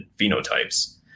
phenotypes